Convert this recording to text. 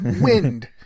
wind